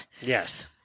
Yes